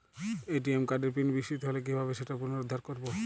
ATM কার্ডের PIN বিস্মৃত হলে কীভাবে সেটা পুনরূদ্ধার করব?